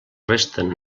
resten